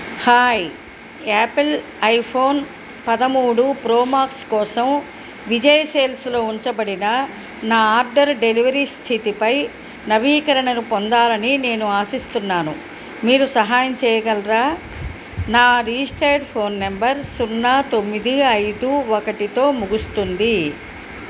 hi Apple iPhone పదమూడు pro max కోసం విజయ్ సేల్స్లో ఉంచబడిన నా ఆర్డర్ డెలివరీ స్థితిపై నవీకరణను పొందాలని నేను ఆశిస్తున్నాను మీరు సహాయం చేయగలరా నా రిజిస్టర్డ్ ఫోన్ నెంబర్ సున్నా తొమ్మిది ఐదు ఒకటితో ముగుస్తుంది